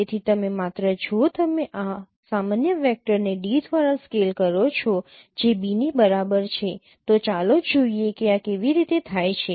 તેથી તમે માત્ર જો તમે આ સામાન્ય વેક્ટરને d દ્વારા સ્કેલ કરો છો જે b ની બરાબર છે તો ચાલો જોઈએ કે આ કેવી રીતે થાય છે